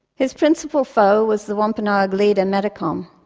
his principal foe was the wampanoag leader, metacom.